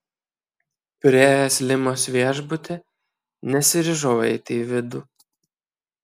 priėjęs limos viešbutį nesiryžau eiti į vidų